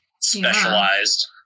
Specialized